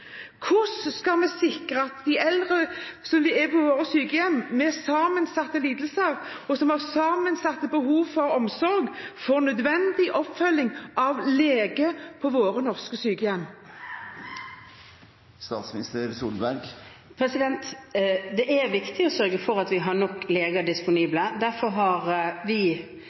Hvordan skal vi sikre at de eldre på våre sykehjem som har sammensatte lidelser, og som har sammensatte behov for omsorg, får nødvendig oppfølging av lege på våre norske sykehjem? Det er viktig å sørge for at vi har nok leger disponible. Derfor har vi